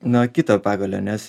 nuo kito pagalio nes